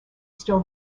still